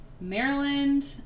Maryland